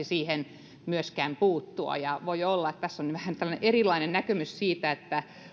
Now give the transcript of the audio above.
siihen puuttua ja voi olla että tässä on vähän erilainen näkemys siitä